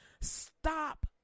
stop